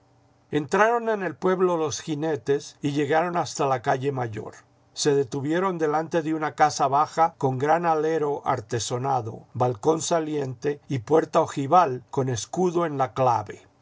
entraron en el pueblo los jinetes y llegaron hasta la calle mayor se detuvieron delante de una casa baja con gran alero artesonado balcón saliente y puerta ojival con escudo en la clave